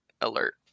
alert